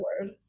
word